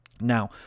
Now